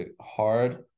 hard